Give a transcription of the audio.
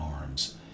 arms